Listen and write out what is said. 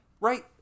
right